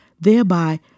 thereby